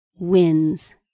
wins